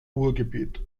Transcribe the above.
ruhrgebiet